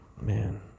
Man